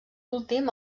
últim